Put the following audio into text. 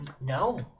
No